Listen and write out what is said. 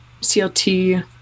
CLT